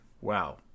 wow